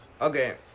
Okay